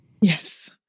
Yes